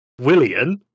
William